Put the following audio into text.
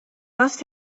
must